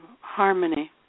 harmony